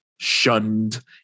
Shunned